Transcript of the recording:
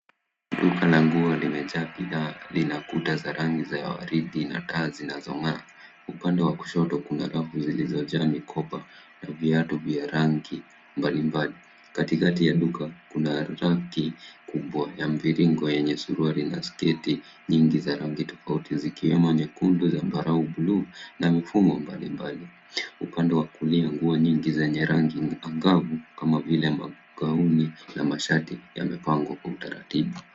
...nguo limejaa bidhaa lina kuta za rangi ya ua ridi na taa zinazong'aa. Upande wa kushoto kuna rafu zilizojaa mikoba na viatu vya rangi mbalimbali. Katikati ya duka kuna raki kubwa ya mviringo yenye suruari na sketi nyingi za rangi tofauti zikiwemo nyekundu, zambarau na bluu na mifumo mbalimbali. Upande wa kulia nugo nyingi zenye rangi angavu kama vile magauni na mashati yamepangwa kwa utaratibu.